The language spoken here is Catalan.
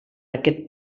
aquest